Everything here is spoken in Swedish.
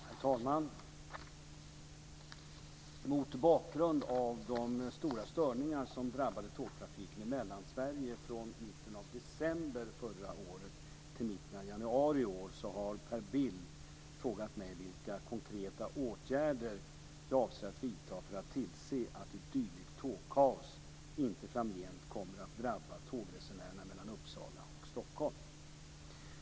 Herr talman! Mot bakgrund av de stora störningar som drabbade tågtrafiken i Mellansverige från mitten av december förra året till mitten av januari i år har Per Bill frågat mig vilka konkreta åtgärder jag avser att vidta för att tillse att ett dylikt tågkaos inte framgent kommer att drabba tågresenärerna mellan Uppsala och Stockholm.